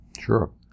Sure